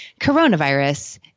coronavirus